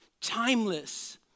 timeless